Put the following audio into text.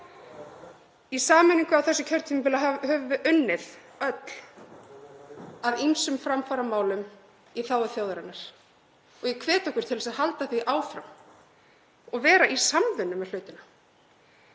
Í sameiningu á þessu kjörtímabili höfum við öll unnið að ýmsum framfaramálum í þágu þjóðarinnar og ég hvet okkur til að halda því áfram og vera í samvinnu með hlutina.